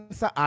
sa